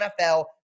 NFL